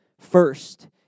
First